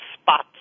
spots